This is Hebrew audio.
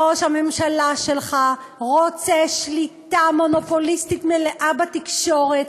ראש הממשלה שלך רוצה שליטה מונופוליסטית מלאה בתקשורת,